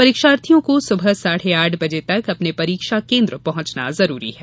परीक्षार्थियों को सुबह साढ़े आठ बजे तक अपने परीक्षा केन्द्र पहुंचना आवश्यक है